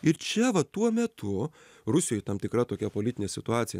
ir čia va tuo metu rusijoj tam tikra tokia politinė situacija